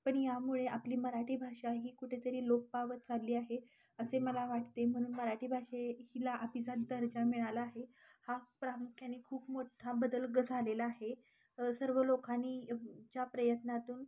पण यामुळे आपली मराठी भाषा ही कुठेतरी लोप पावत चालली आहे असे मला वाटते म्हणून मराठी भाषे हीला अ अभिजात दर्जा मिळाला आहे हा प्रामुख्याने खूप मोठा बदल ग झालेला आहे सर्व लोकांनी च्या प्रयत्नातून